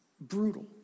brutal